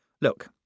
Look